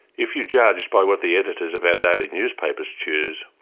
if you judge by what the editors of our daily newspapers choose,